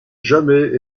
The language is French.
jamais